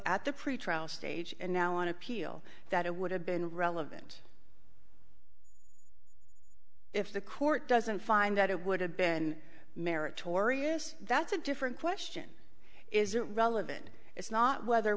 at the pretrial stage and now on appeal that it would have been relevant if the court doesn't find that it would have been meritorious that's a different question is it relevant it's not whether